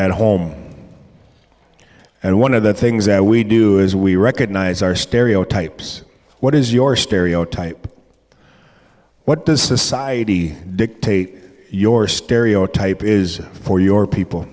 at home and one of the things that we do is we recognize our stereotypes what is your stereotype what does society dictate your stereotype is for your people